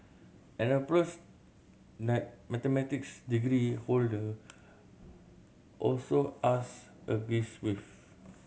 an approach that mathematics degree holder also asked agrees with